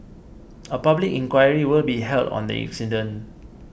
a public inquiry will be held on the incident